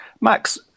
Max